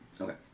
Okay